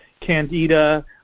candida